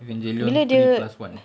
Evangelion